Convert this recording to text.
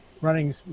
running